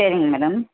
சரிங்க மேடம்